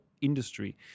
industry